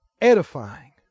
Edifying